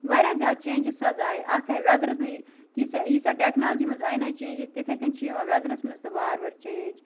واریاہ زیاد چینٛجس حظ آیہ اکھ آیہ ویٚدرَس مَنٛز تِژھ ییٖژاہ ٹیٚکنالجی مَنٛز آیہِ نہ چینٛجس تِتھے کنۍ چھِ یِوان ویٚدرَس وار وار چینٛج